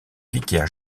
vicaire